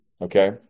Okay